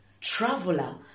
traveler